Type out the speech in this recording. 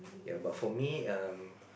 ya but for me um